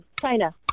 china